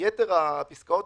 יתר הפסקאות,